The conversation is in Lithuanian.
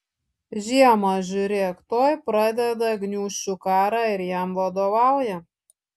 žiemą žiūrėk tuoj pradeda gniūžčių karą ir jam vadovauja